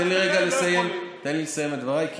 תן לי לסיים את דבריי,